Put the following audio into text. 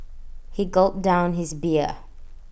he gulped down his beer